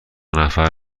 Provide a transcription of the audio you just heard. نفر